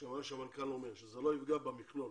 מה שהמנכ"ל אומר, שזה לא יפגע במכלול.